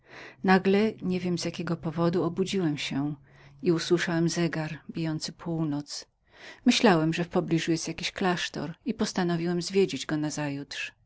nagle niewiem z jakiego powodu obudziłem się i usłyszałem zegar bijący północ myślałem że w pobliżu był jaki klasztor i postanowiłem zwiedzić